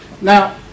Now